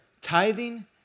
Tithing